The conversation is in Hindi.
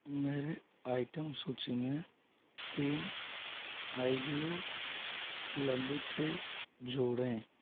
मेरी आइटम सूची में तीन आइवीओ लंबी ट्रे जोड़ें